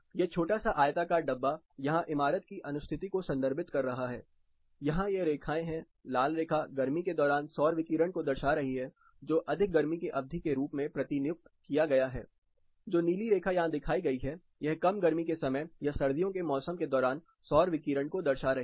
यह छोटा सा आयताकार डब्बा यहाँ एक इमारत की अनुस्थिति को संदर्भित कर रहा है यहाँ ये रेखाएं है लाल रेखा गर्मी के दौरान सौर विकिरण को दर्शा रही है जो कि अधिक गर्मी की अवधि के रूप में प्रतिनियुक्त किया गया है जो नीली रेखा यहाँ दिखाई गई है यह कम गर्मी के समय या सर्दियों के मौसम के दौरान सौर विकिरण को दर्शा रही है